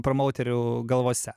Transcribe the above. pramauterių galvose